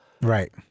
Right